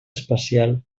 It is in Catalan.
especial